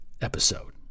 episode